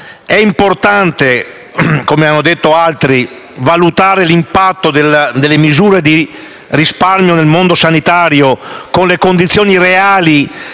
È importante - come hanno già detto altri - valutare l'impatto delle misure di risparmio nel mondo sanitario con le condizioni reali